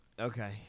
Okay